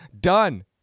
done